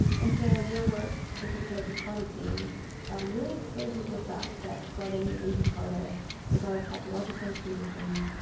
and sarah, your work with the peta jakarta team really exposes the fact that flooding in jakarta is not a topological condition,